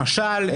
למשל,